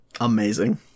Amazing